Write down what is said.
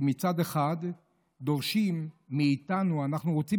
כי מצד אחד דורשים מאיתנו: אנחנו רוצים